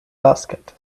basket